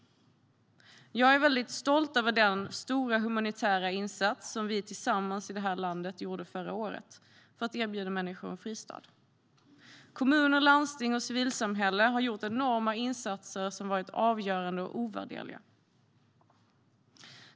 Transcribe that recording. Jag är väldigt stolt över den stora humanitära insats som vi tillsammans i det här landet gjorde förra året för att erbjuda människor en fristad. Kommuner, landsting och civilsamhälle har gjort enorma insatser som varit avgörande och ovärderliga.